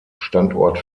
standort